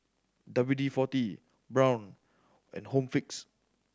W D Forty Braun and Home Fix